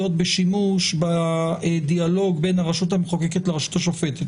בשימוש בדיאלוג בין הרשות המחוקקת לרשות השופטת.